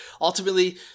Ultimately